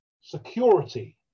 security